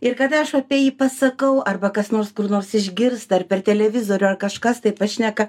ir kad aš apie jį pasakau arba kas nors kur nors išgirsta ar per televizorių ar kažkas tai pašneka